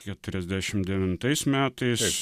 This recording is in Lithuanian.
keturiasdešim devintais metais